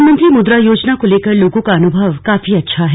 प्रधानमंत्री मुद्रा योजना को लेकर लोगों का अनुभव काफी अच्छा है